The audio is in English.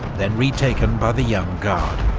then retaken by the young guard.